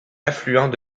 affluent